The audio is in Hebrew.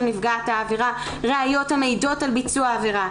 נפגעת העבירה ראיות המעידות על ביצוע העבירה,